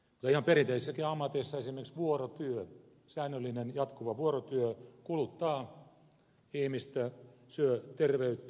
mutta ihan perinteisissäkin ammateissa esimerkiksi vuorotyö säännöllinen jatkuva vuorotyö kuluttaa ihmistä syö terveyttä